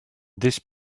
this